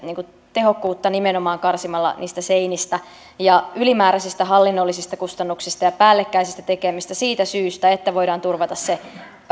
tehokkuutta nimenomaan karsimalla niistä seinistä ja ylimääräisistä hallinnollisista kustannuksista ja päällekkäisistä tekemisistä siitä syystä että voidaan turvata